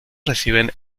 reciben